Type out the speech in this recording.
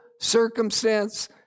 circumstance